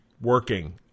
working